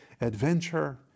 Adventure